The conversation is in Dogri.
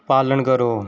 पालन करो